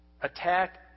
attack